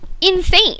insane